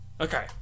Okay